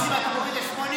אתה מוריד ל-80,